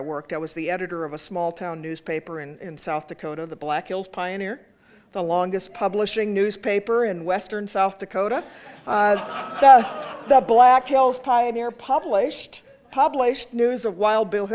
i worked i was the editor of a small town newspaper in south dakota the black hills pioneer the longest publishing newspaper in western south dakota on the black hills pioneer published published news of wild bill